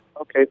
Okay